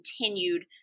continued